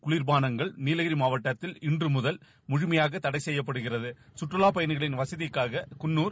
குளிர்பாளங்கள் நீலகிரி மாவட்டத்தில் இன்று முதல் முழுமையாக தடைசெய்யப்படுகிறது கற்றவா பயணிகளின் வசதிக்காக குள்ளார்